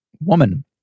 woman